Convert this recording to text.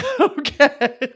Okay